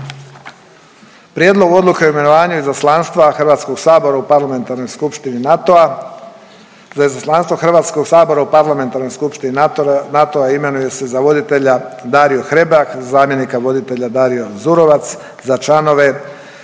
Prijedlog odluke o imenovanju Izaslanstva HS-a u Parlamentarnoj skupštini NATO-a, za Izaslanstvo HS-a u Parlamentarnoj skupštini NATO-a imenuje se za voditelja Dario Hrebak, za zamjenika voditelja Dario Zurovec, za članove